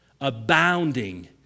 abounding